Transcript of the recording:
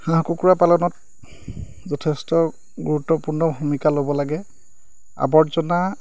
হাঁহ কুকুৰা পালনত যথেষ্ট গুৰুত্বপূৰ্ণ ভূমিকা ল'ব লাগে আৱৰ্জনা